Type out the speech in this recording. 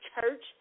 church